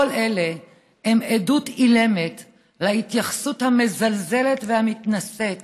כל אלה הם עדות אילמת להתייחסות המזלזלת והמתנשאת